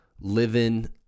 Living